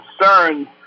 concerns